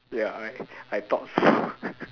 ya I I thought so